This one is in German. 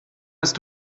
hast